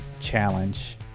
Challenge